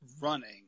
running